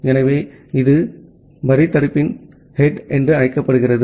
எனவே இது வரி தடுப்பின் தலை என்று அழைக்கப்படுகிறது